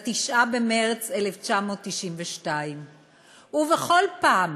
ב-9 במרס 1992. ובכל פעם